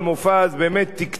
תקצר היריעה,